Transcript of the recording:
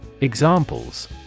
Examples